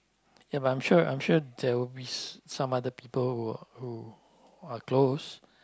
ya but I'm sure I'm sure there will be some other people who'll who are close